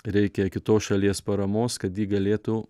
reikia kitos šalies paramos kad ji galėtų